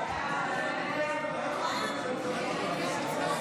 ההצעה להעביר את הצעת החוק